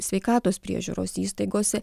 sveikatos priežiūros įstaigose